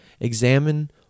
Examine